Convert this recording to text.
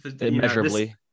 immeasurably